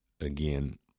Again